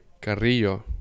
Carrillo